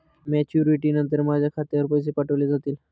Maturity नंतर माझ्या खात्यावर पैसे पाठविले जातील?